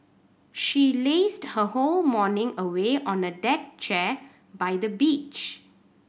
she lazed her whole morning away on a deck chair by the beach